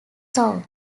song